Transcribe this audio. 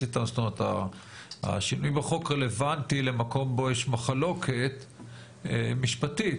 השינוי בחוק רלוונטי למקום בו יש מחלוקת משפטית,